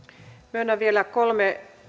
myönnän vielä kolme